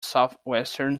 southwestern